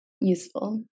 useful